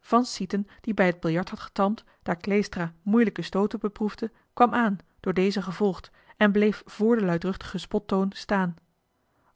van sieten die bij het biljart had getalmd daar johan de meester de zonde in het deftige dorp kleestra moeilijke stooten beproefde kwam aan door dezen gevolgd en bleef vr den luidruchtigen spottoon staan